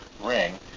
ring